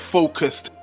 Focused